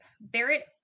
Barrett